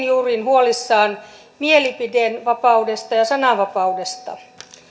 juurin huolissaan mielipiteenvapaudesta ja sananvapaudesta